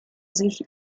sich